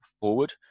forward